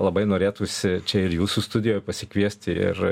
labai norėtųsi čia ir jūsų studijoj pasikviesti ir